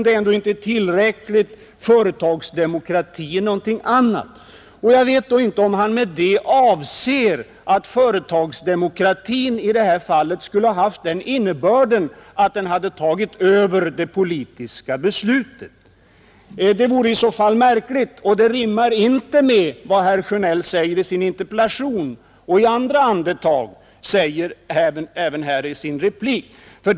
Han säger att företagsdemokrati är någonting annat. Jag vet då inte om han avser att företagsdemokratin i det här fallet skulle ha haft den innebörden att den hade tagit över det politiska beslutet. Det vore i så fall märkligt, och det rimmar inte med vad herr Sjönell säger i sin interpellation och inte heller med vad han säger här i sin replik.